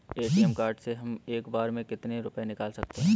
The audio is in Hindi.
ए.टी.एम कार्ड से हम एक बार में कितने रुपये निकाल सकते हैं?